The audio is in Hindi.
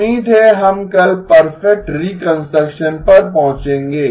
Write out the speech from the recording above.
उम्मीद है हम कल परफेक्ट रीकंस्ट्रक्शन पर पहुचेंगें